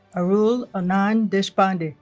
arul anand deshpande ah